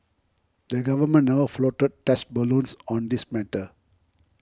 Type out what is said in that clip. the Government never floated test balloons on this matter